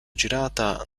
girata